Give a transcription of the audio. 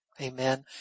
amen